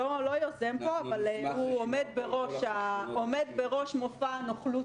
הוא לא יוזם פה אבל הוא עומד בראש מופע הנוכלות הזה.